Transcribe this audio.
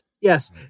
Yes